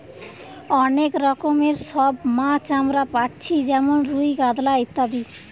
অনেক রকমের সব মাছ আমরা পাচ্ছি যেমন রুই, কাতলা ইত্যাদি